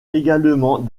également